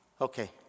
Okay